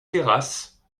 terrasse